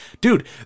dude